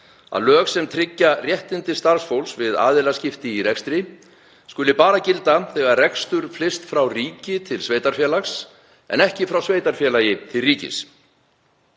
að lög sem tryggja réttindi starfsfólks við aðilaskipti í rekstri skuli bara gilda þegar rekstur flyst frá ríki til sveitarfélags en ekki frá sveitarfélagi til ríkis.